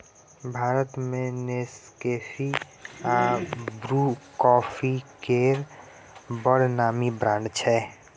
भारत मे नेसकेफी आ Bru coffee केर बड़ नामी ब्रांड छै